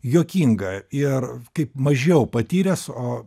juokinga ir kaip mažiau patyręs o